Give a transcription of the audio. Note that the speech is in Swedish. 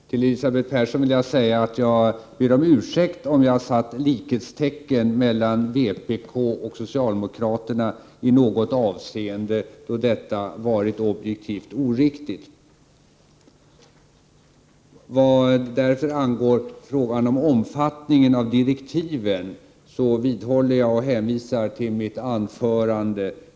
Herr talman! Jag ber Elisabeth Persson om ursäkt om jag har satt likhetstecken mellan vpk och socialdemokraterna i något avseende då detta varit objektivt oriktigt. Vad angår frågan om omfattningen av direktiven vidhåller jag mitt tidigare uttalande och hänvisar till mitt anförande.